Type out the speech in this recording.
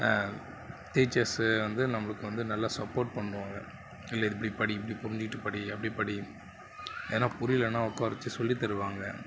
teachers வந்து நம்மளுக்கு வந்து நல்லா சப்போட் பண்ணுவாங்க இல்லை இப்படி படி இப்படி புரிஞ்சுக்கிட்டு படி அப்படி படி எதனால் புரியலைனா உட்கார வச்சு சொல்லித்தருவாங்க